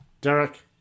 Derek